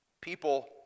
People